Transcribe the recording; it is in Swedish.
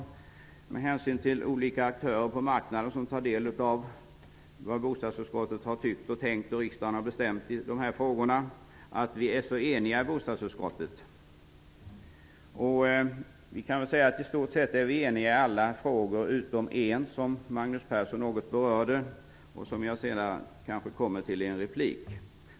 Det är värdefullt med hänsyn till de olika aktörer på marknaden som tar del av vad bostadsutskottet har tyckt och tänkt och vad riksdagen har bestämt i de här frågorna. I stort sett är vi eniga i alla frågor utom en, och den berörde Magnus Persson något. Jag återkommer kanske till den senare i en replik.